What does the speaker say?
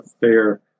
fair